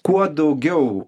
kuo daugiau